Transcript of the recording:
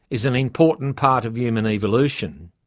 is an important part of human evolution.